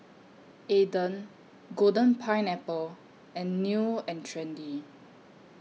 Aden Golden Pineapple and New and Trendy